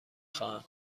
خواهم